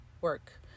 work